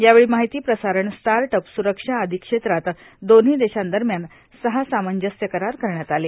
यावेळी माहिती प्रसारण स्टार्ट अप स्रक्षा आदी क्षेत्रात दोन्ही देशांदरम्यान सहा सामंजस्य करार करण्यात आले